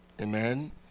Amen